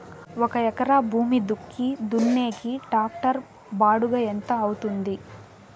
ఒక ఎకరా భూమి దుక్కి దున్నేకి టాక్టర్ బాడుగ ఎంత అవుతుంది?